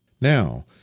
Now